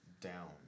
down